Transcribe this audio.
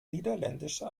niederländische